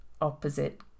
opposite